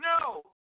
no